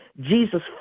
Jesus